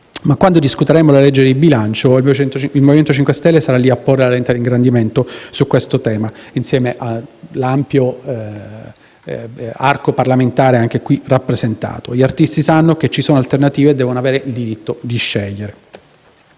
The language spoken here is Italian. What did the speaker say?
Quando discuteremo la legge di stabilità, il Movimento 5 Stelle sarà lì a porre la lente di ingrandimento su questo tema insieme all'ampio arco parlamentare qui rappresentato. Gli artisti sanno che ci sono alternative e devono avere il diritto di scegliere.